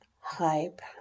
hype